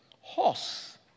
horse